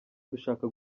dushaka